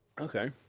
Okay